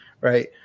right